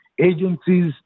agencies